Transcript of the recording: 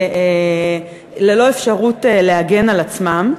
ללא אפשרות להגן על עצמם,